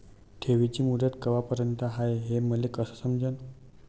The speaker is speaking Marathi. ठेवीची मुदत कवापर्यंत हाय हे मले कस समजन?